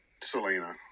Selena